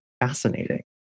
fascinating